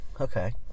Okay